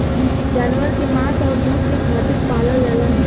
जानवर के मांस आउर दूध के खातिर पालल जाला